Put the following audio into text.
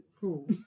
Cool